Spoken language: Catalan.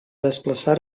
desplaçar